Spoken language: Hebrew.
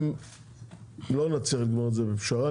אם לא נצליח לגמור את זה בפשרה,